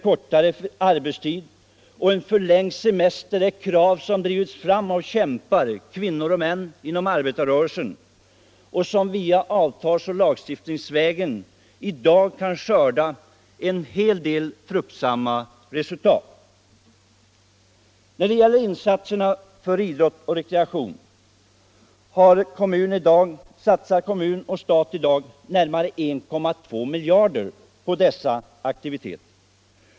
Kortare arbetstid och förlängd semester är krav som drivits fram av kämpar — kvinnor och män — inom arbetarrörelsen. Tack vare de insatser som gjorts avtalsoch lagstiftningsvägen kan vi i dag skörda frukterna av deras kamp. På idrott och rekreation satsar staten och kommunerna i dag närmare 1,2 miljarder.